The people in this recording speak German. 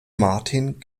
martin